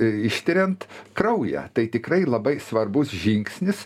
ištiriant kraują tai tikrai labai svarbus žingsnis